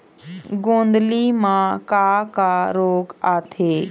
गोंदली म का का रोग आथे?